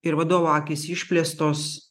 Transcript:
ir vadovo akys išplėstos